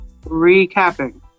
recapping